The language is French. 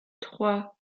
trois